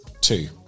Two